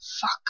Fuck